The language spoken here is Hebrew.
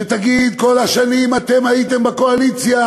שתגיד, כל השנים אתם הייתם בקואליציה,